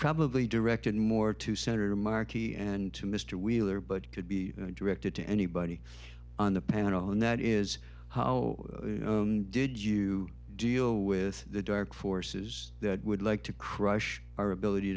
probably directed more to senator markey and to mr wheeler but could be directed to anybody on the panel and that is how did you deal with the dark forces that would like to crush our ability